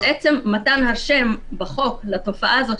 אז עצם מתן השם בחוק לתופעה הזו,